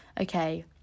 okay